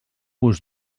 vos